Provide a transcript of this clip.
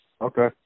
Okay